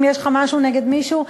אם יש לך משהו נגד מישהו,